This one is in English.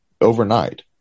overnight